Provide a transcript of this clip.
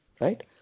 right